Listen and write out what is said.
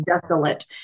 desolate